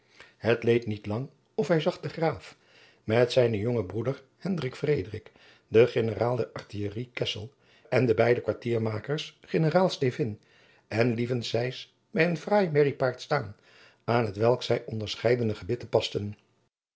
het leed niet lang of hij zag den graaf met zijnen jongen broeder hendrik frederik den generaal der artillerie kessel en de beide kwartiermeesters generaal stevyn en lieven cys bij een fraai merriepaard staan aan hetwelk zij onderscheidene gebitten pasten